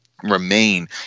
remain